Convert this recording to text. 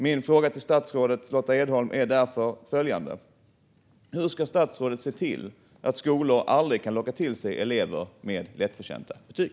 Min fråga till statsrådet Lotta Edholm är därför följande: Hur ska statsrådet se till att skolor aldrig kan locka till sig elever med lättförtjänta betyg?